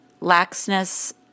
laxness